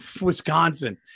Wisconsin